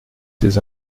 tes